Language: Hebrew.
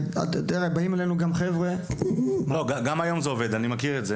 גם היום זה עובד; אני מכיר את זה.